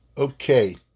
Okay